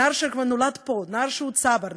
נער שנולד כבר פה, נער שהוא צבר,